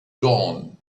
dawn